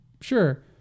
Sure